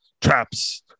Traps